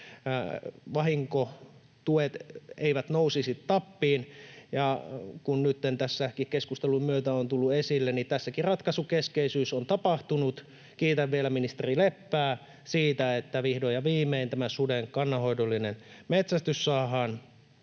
vahinkotuet eivät nousisi tappiin. Ja kuten nyt tämänkin keskustelun myötä on tullut esille, tässäkin ratkaisukeskeisyys on tapahtunut. Kiitän vielä ministeri Leppää siitä, että vihdoin ja viimein tämä suden kannanhoidollinen metsästys saadaan